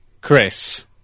Chris